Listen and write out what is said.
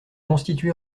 constitués